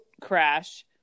crash